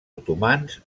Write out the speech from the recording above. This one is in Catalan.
otomans